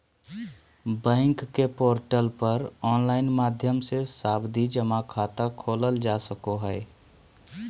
bank के portal पर online माध्यम से सावधि जमा खाता खोलल जा सको हय